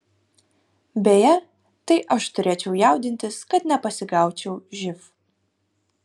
beje tai aš turėčiau jaudintis kad nepasigaučiau živ